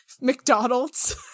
McDonald's